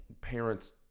parents